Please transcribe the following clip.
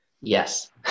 yes